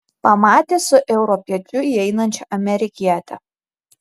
pamatė su europiečiu įeinančią amerikietę